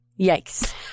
yikes